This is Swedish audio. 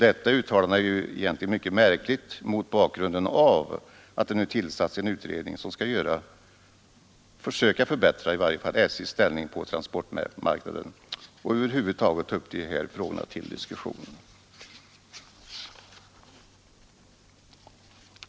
Det uttalandet är mycket märkligt mot bakgrund av att det nu tillsatts en utredning som skall försöka förbättra SJ:s ställning på transportmarknaden och över huvud taget ta upp de här frågorna till diskussion.